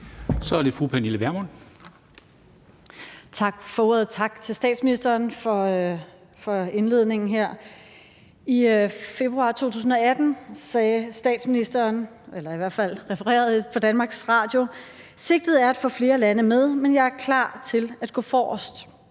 Kl. 14:26 Pernille Vermund (NB): Tak for ordet, og tak til statsministeren for indledningen her. I februar 2018 sagde statsministeren, eller det er i hvert fald refereret på Danmarks Radio: Sigtet er at få flere lande med, men jeg er klar til at gå forrest.